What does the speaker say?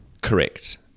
Correct